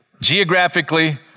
geographically